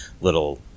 little